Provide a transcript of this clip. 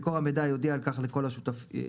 מקור המידע יודיע על כך לכל השותפים